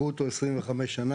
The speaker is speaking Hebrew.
ברוטו 25 שנה,